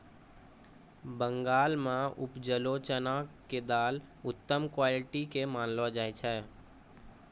बंगाल मॅ उपजलो चना के दाल उत्तम क्वालिटी के मानलो जाय छै